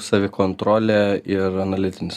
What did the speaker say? savikontrolė ir analitinis